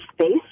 space